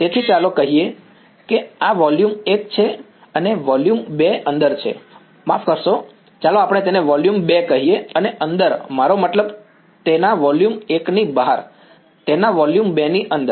તેથી ચાલો કહીએ કે આ વોલ્યુમ 1 છે અને વોલ્યુમ 2 અંદર છે માફ કરશો ચાલો આપણે તેને વોલ્યુમ 2 કહીએ અને અંદર મારો મતલબ તેના વોલ્યુમ 1 ની બહાર તેના વોલ્યુમ 2 ની અંદર